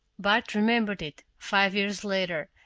bart remembered it, five years later,